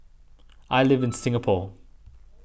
I live in Singapore